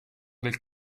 del